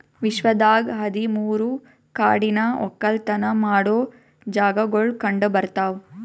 ವಿಶ್ವದಾಗ್ ಹದಿ ಮೂರು ಕಾಡಿನ ಒಕ್ಕಲತನ ಮಾಡೋ ಜಾಗಾಗೊಳ್ ಕಂಡ ಬರ್ತಾವ್